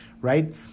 right